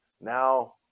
now